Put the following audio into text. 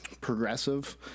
progressive